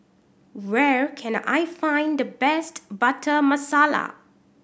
where can I find the best Butter Masala